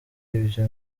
ibyo